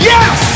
Yes